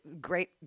great